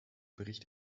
bericht